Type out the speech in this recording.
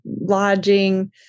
lodging